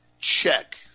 check